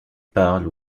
parle